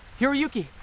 Hiroyuki